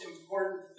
important